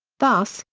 thus,